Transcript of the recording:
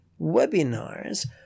webinars